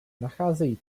nacházejí